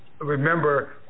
remember